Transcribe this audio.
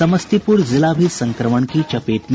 समस्तीपुर जिला भी संक्रमण की चपेट में